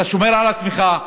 אתה שומר על עצמך,